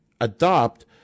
adopt